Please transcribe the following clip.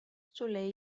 sulle